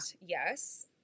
Yes